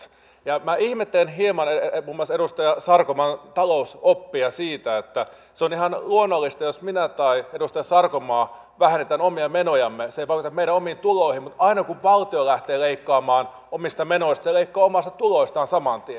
ja minä ihmettelen hieman muun muassa edustaja sarkomaan talousoppia siitä että se on ihan luonnollista että jos minä tai edustaja sarkomaa vähennämme omia menojamme se ei vaikuta meidän omiin tuloihimme mutta aina kun valtio lähtee leikkaamaan omista menoistaan se leikkaa omista tuloistaan saman tien